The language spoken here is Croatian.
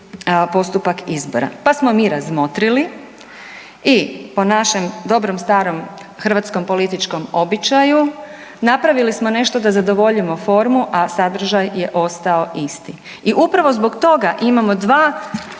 postupak izbora. Pa smo mi razmotrili i po našem dobrom starom hrvatskom političkom običaju napravili smo nešto da zadovoljimo formu, a sadržaj je ostao isti. I upravo zbog toga imamo dva